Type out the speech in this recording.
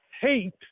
hate